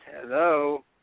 Hello